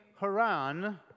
Haran